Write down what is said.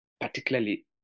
particularly